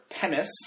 penis